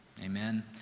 Amen